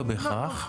לא בהכרח.